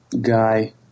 guy